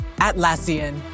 Atlassian